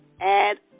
add